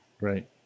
Right